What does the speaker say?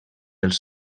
els